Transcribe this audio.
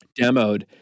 demoed